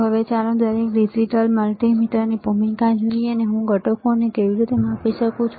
હવે ચાલો દરેક ડિજિટલ મલ્ટિમીટરની ભૂમિકા જોઈએ અને હું ઘટકોને કેવી રીતે માપી શકું બરાબર